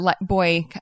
boy